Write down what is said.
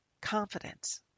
Confidence